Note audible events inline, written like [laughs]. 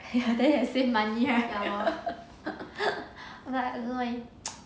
ya [laughs] then can save money right [laughs] right I don't know leh